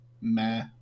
meh